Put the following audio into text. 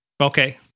Okay